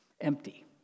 Empty